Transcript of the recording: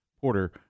Porter